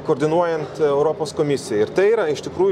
koordinuojant europos komisijai ir tai yra iš tikrųjų